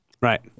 Right